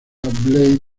blade